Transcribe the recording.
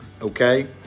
okay